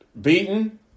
beaten